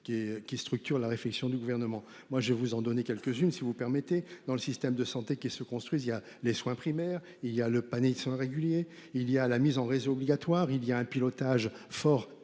qui structure la réflexion du gouvernement. Moi je vais vous en donner quelques-unes, si vous permettez, dans le système de santé qui se construisent. Il y a les soins primaires il y a le panier de soins réguliers, il y a la mise en réseau obligatoire il y a un pilotage fort